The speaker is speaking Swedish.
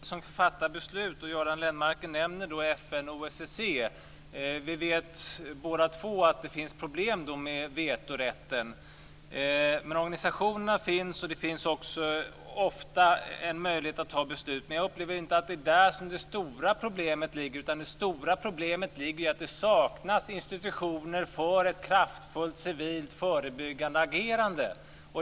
Fru talman! Det finns organisationer som kan fatta beslut, och Göran Lennmarker nämner FN och OSSE. Vi vet båda två att det finns problem med vetorätten, men organisationerna finns och det finns ofta en möjlighet att ta beslut. Jag upplever inte att det är där som det stora problemet ligger, utan det är att det saknas institutioner för ett kraftfullt civilt förebyggande agerande.